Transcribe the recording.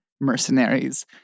mercenaries